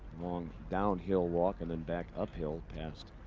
long downhill walk. and then back up field past